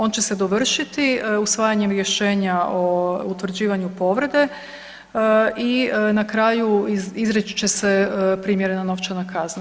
On će se dovršiti usvajanjem rješenja o utvrđivanju povrede i na kraju izreći će se primjerena novčana kazna.